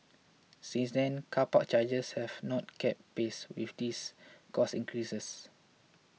since then car park charges have not kept pace with these cost increases